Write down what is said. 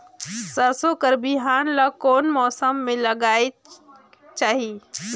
सरसो कर बिहान ला कोन मौसम मे लगायेक चाही?